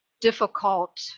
difficult